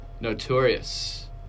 Notorious